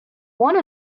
one